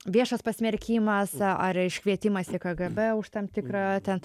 viešas pasmerkimas ar iškvietimas į kgb už tam tikrą ten